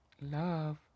Love